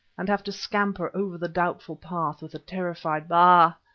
and have to scamper over the doubtful path with a terrified bah.